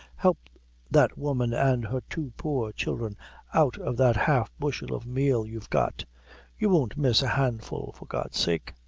help that woman an' her two poor children out of that half bushel of meal you've got you won't miss a handful for god's sake.